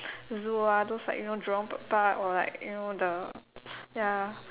zoo ah those like you know Jurong bird park or like you know the ya